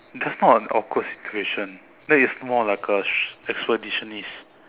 that's not an awkward situation that is more like a expeditionist